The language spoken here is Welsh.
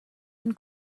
ein